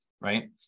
right